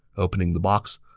opening the box,